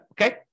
Okay